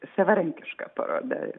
savarankiška paroda